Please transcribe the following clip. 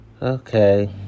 Okay